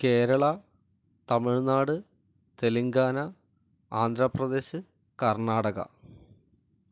Kerala Tamil Nadu Telangana Andhra Pradesh Karnataka